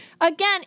Again